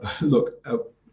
look